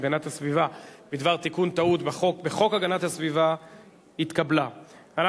הסביבה בדבר תיקון טעות בחוק הגנת הסביבה (פליטות והעברות לסביבה,